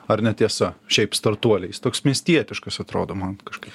ar netiesa šiaip startuoliai jis toks miestietiškas atrodo man kažkaip